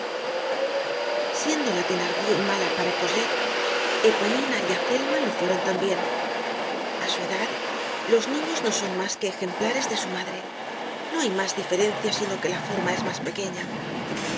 siendo la thenardier mala para cosette eponina y azelma lo fueron tambien a su edad los niños no son mas que ejemplares de su madre no hay mas diferencia sino que la forma es mas pequeña